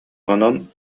онон